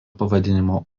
pavadinimo